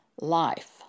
life